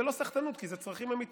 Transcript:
זו לא סחטנות כי זה צרכים אמיתיים.